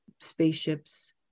spaceships